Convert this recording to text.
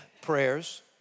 prayers